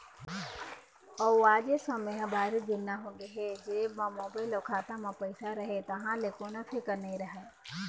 अउ आज ए समे ह भारी जुन्ना होगे हे जेब म मोबाईल अउ खाता म पइसा रहें तहाँ ले कोनो फिकर नइ रहय